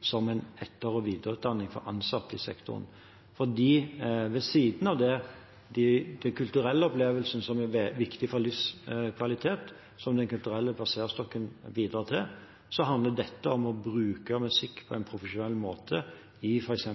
som en etter- og videreutdanning for ansatte i sektoren. Ved siden av den kulturelle opplevelsen, som er viktig for livskvalitet, som Den kulturelle spaserstokken bidrar til, handler dette om å bruke musikk på en profesjonell måte i f.eks.